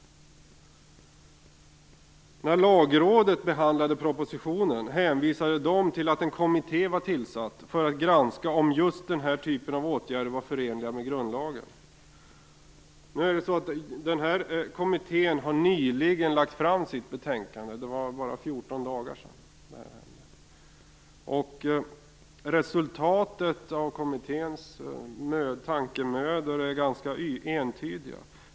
När Lagrådet behandlade propositionen hänvisade man till att en kommitté var tillsatt för att granska om just denna typ av åtgärder var förenlig med grundlagen. Den här kommittén har nyligen lagt fram sitt betänkande - det var bara 14 dagar sedan. Resultatet av kommitténs tankemödor är ganska entydigt.